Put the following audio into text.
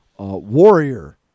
Warrior